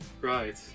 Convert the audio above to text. Right